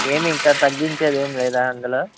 ఏమి ఇంకా తగ్గించేది ఏమి లేదా అందులో